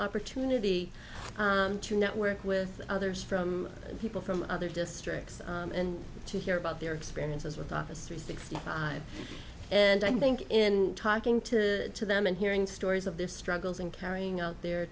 opportunity to network with others from people from other districts and to hear about their experiences with office three sixty five and i think in talking to them and hearing stories of their struggles and carrying out their